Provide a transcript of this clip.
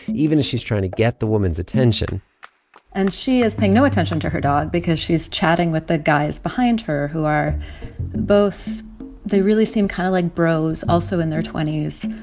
even as she's trying to get the woman's attention and she is paying no attention to her dog because she's chatting with the guys behind her who are both they really seem kind of like bros, also in their twenty s.